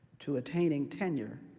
to attaining tenure,